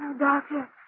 Doctor